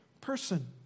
person